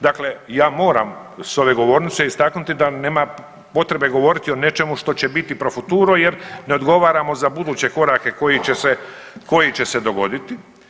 Dakle ja moram s ove govornice istaknuti da nema potrebe govoriti o nečemu što će biti pro futuro jer ne odgovaramo za buduće korake koji će se dogoditi.